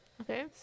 Okay